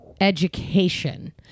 education